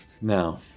Now